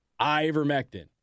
Ivermectin